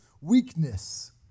weakness